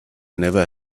never